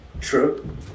True